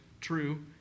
true